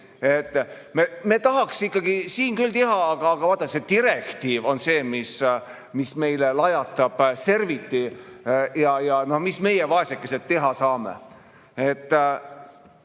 me tahaks ikkagi siin küll teha, aga vaat see direktiiv on see, mis meile lajatab serviti, ja no mis meie, vaesekesed, teha saame.